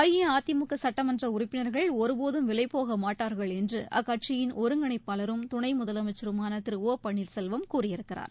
அஇஅதிமுக சட்டமன்ற உறுப்பினர்கள் ஒருபோதும் விலைபோக மாட்டார்கள் என்று அக்கட்சியின் ஒருங்கிணைப்பாளரும் துணை முதலமைச்சருமான திரு ஒ பள்ளீர்செல்வம் கூறியிருக்கிறார்